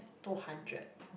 two hundred